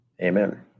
Amen